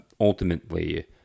ultimately